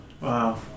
Wow